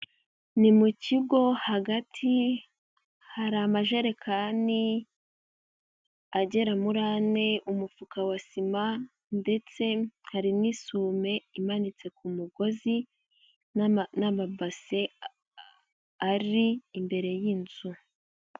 Ni mu kigo hagati hari amajerekani agera muri ane, umufuka wa sima, ndetse hari n'isume imanitse ku mugozi n'amabase ari imbere y'inzu.